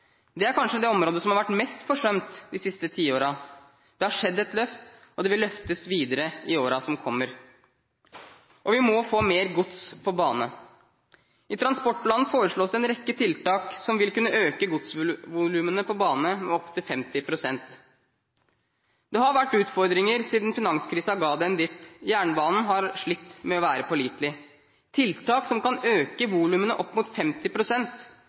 Dette er kanskje det området som har vært mest forsømt de siste tiårene. Det har skjedd et løft, og det vil løftes videre i årene som kommer. Og vi må få mer gods på bane. I transportplanen foreslås en rekke tiltak som vil kunne øke godsvolumene på bane med opp til 50 pst. Det har vært utfordringer siden finanskrisen ga det en «dip», og jernbanen har slitt med å være pålitelig. Tiltak som kan øke volumene opp mot